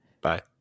bye